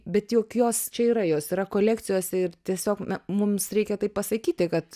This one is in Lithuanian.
bet juk jos čia yra jos yra kolekcijose ir tiesiog mums reikia tai pasakyti kad